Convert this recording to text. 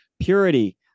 purity